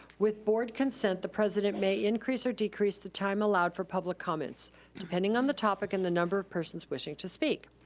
with board consent, the president may increase or decrease the time allowed for public comments depending on the topic and the number of persons wishing to speak.